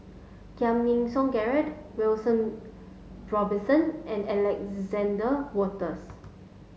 Giam Yean Song Gerald William Robinson and Alexander Wolters